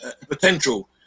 potential